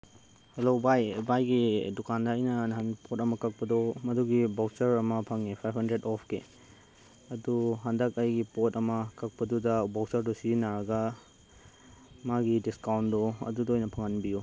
hello ꯚꯥꯏ ꯚꯥꯏꯒꯤ ꯗꯨꯀꯥꯟ ꯑꯩꯅ ꯅꯍꯥꯟ ꯄꯣꯠ ꯑꯃ ꯀꯛꯄꯗꯣ ꯃꯗꯨꯒꯤ ꯕꯥꯎꯆꯔ ꯑꯃ ꯐꯪꯉꯦ ꯐꯥꯏꯚ ꯍꯟꯗ꯭ꯔꯦꯠ ꯑꯣꯐꯀꯤ ꯑꯗꯨ ꯍꯟꯗꯛ ꯑꯩꯒꯤ ꯄꯣꯠ ꯑꯃ ꯀꯛꯄꯗꯨꯗ ꯕꯥꯎꯆꯔ ꯑꯗꯨ ꯁꯤꯖꯤꯟꯅꯔꯒ ꯃꯥꯒꯤ ꯗꯤꯁꯀꯥꯎꯟꯗꯣ ꯑꯗꯨꯗ ꯑꯣꯏꯅ ꯐꯪꯍꯟꯕꯤꯌꯨ